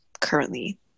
currently